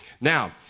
Now